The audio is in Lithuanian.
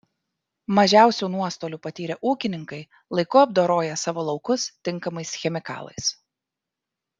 mažiausių nuostolių patyrė ūkininkai laiku apdoroję savo laukus tinkamais chemikalais